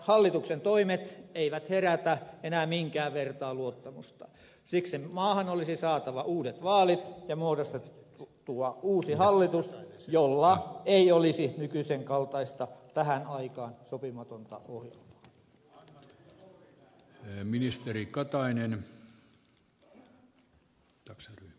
hallituksen toimet eivät herätä enää minkään vertaa luottamusta siksi maahan olisi saatava uudet vaalit ja muodostettua uusi hallitus jolla ei olisi nykyisen kaltaista tähän aikaan sopimatonta ohjelmaa